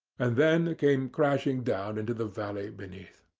and then came crashing down into the valley beneath.